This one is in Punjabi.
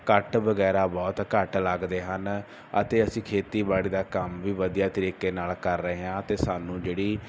ਕੱਟ ਵਗੈਰਾ ਬਹੁਤ ਘੱਟ ਲੱਗਦੇ ਹਨ ਅਤੇ ਅਸੀਂ ਖੇਤੀਬਾੜੀ ਦਾ ਕੰਮ ਵੀ ਵਧੀਆ ਤਰੀਕੇ ਨਾਲ ਕਰ ਰਹੇ ਹਾਂ ਅਤੇ ਸਾਨੂੰ ਜਿਹੜੀ